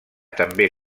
també